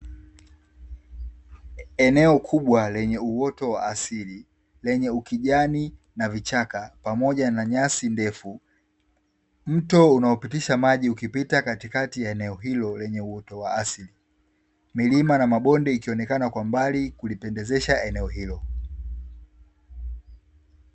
Eneo kubwa lenye uoto wa asili, lenye ukijani na vichaka pamoja na nyasi ndefu. Mto unaopitisha maji ukipita katikati ya eneo hilo lenye uoto wa asili, milima na mabonde ikionekana kwa mbali kulipendezesha eneo hilo.